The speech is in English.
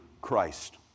Christ